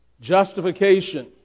Justification